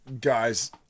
guys